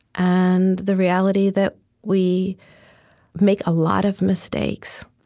and the reality that we make a lot of mistakes,